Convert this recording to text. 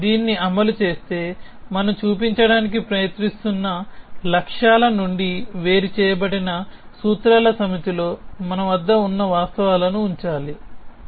మీరు దీన్ని అమలు చేస్తే మనము చూపించడానికి ప్రయత్నిస్తున్న లక్ష్యాల నుండి వేరు చేయబడిన సూత్రాల సమితిలో మన వద్ద ఉన్న వాస్తవాలను ఉంచాలి